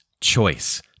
choice